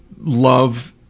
love